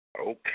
Okay